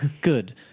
Good